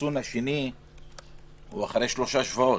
והחיסון השני הוא אחרי שלוש שבועות,